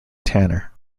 tanner